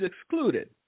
excluded